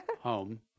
home